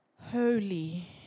Holy